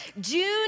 June